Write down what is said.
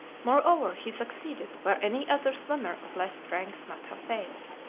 moreover, he succeeded where any other swimmer of less strength must have failed.